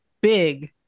big